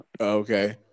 okay